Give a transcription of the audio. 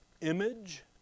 image